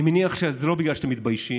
אני מניח שזה לא בגלל שאתם מתביישים,